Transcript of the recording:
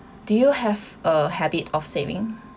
do you have a habit of saving